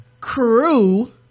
crew